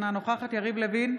אינה נוכחת יריב לוין,